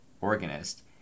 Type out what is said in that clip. organist